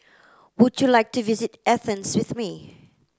would you like to visit Athens with me